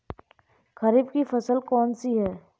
खरीफ की फसल कौन सी है?